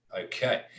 Okay